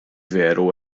veru